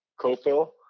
Copil